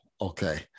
Okay